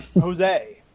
Jose